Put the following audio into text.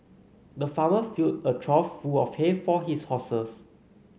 the farmer filled a trough full of hay for his horses